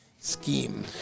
Scheme